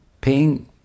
paying